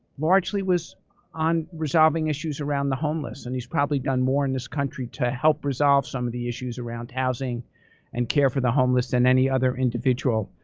largely was on resolving issues around the homeless. and he's probably done more in this country to help resolve some of the issues around housing and care for the homeless than any other individual.